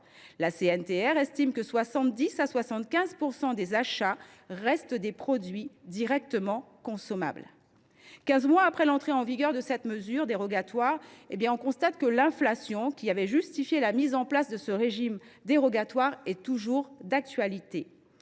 La CNTR estime que 70 % à 75 % des achats restent des produits directement consommables. Quinze mois après l’entrée en vigueur de cette mesure dérogatoire, on constate que l’inflation, qui avait justifié la mise en place de ce régime, est toujours d’actualité.